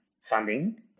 funding